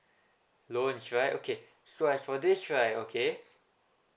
loans right okay so as for this right okay